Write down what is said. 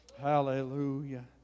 Hallelujah